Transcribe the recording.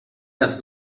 das